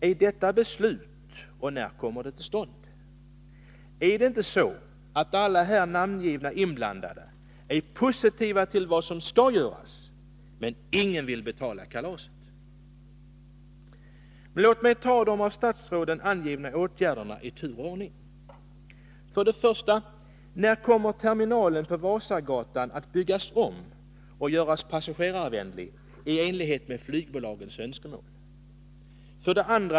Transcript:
Är det inte så, att alla här namngivna och inblandade är positiva till vad som skall göras men att ingen vill betala kalaset? Jag tar här upp de av statsrådet angivna åtgärderna i tur och ordning: 1. När kommer terminalen på Vasagatan att byggas om och göras passagerarvänlig, i enlighet med flygbolagens önskemål? 2.